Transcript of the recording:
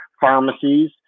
pharmacies